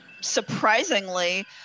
surprisingly